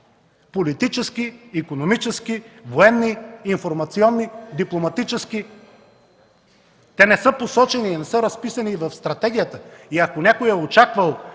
политически, икономически, военни, информационни, дипломатически? Те не са посочени и не са разписани в стратегията и ако някой е очаквал